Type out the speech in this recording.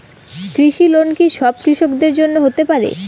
কৃষি লোন কি সব কৃষকদের জন্য হতে পারে?